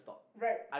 right